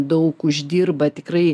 daug uždirba tikrai